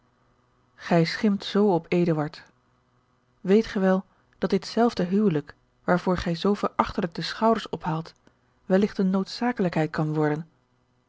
gij schimpt zoo op eduard weet gij wel dat ditzelfde huwelijk waarvoor gij zoo verachtelijk de schouders ophaalt welligt eene noodzakelijkheid kan worden